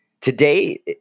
today